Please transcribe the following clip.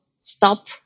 stop